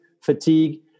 fatigue